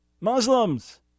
Muslims